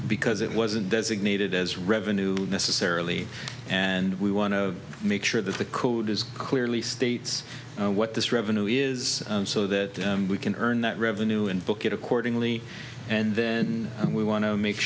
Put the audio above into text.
because it wasn't designated as revenue necessarily and we want to make sure that the code is clearly states what this revenue is so that we can earn that revenue and book it accordingly and then we want to make